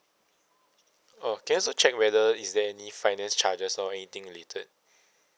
oh can I also check whether is there any finance charges or anything related